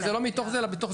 וזה מתוך זהירות.